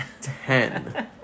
ten